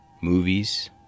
movies